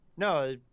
No